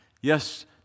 Yes